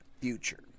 future